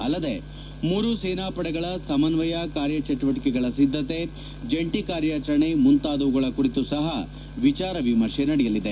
ಅಲ್ಲದೇ ಮೂರು ಸೇನಾಪಡೆಗಳ ಸಮನ್ನಯ ಕಾರ್ಯ ಚಟುವಟಿಕೆಗಳ ಸಿದ್ಗತೆ ಜಂಟಿ ಕಾರ್ಯಾಚರಣೆ ಮುಂತಾದವುಗಳ ಕುರಿತು ಸಹ ವಿಚಾರ ವಿಮರ್ಶೆ ನಡೆಯಲಿದೆ